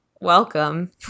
Welcome